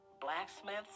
blacksmiths